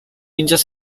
hinchas